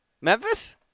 Memphis